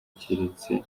keretse